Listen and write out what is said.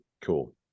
cool